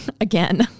again